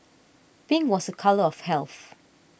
pink was a colour of health